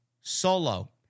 solo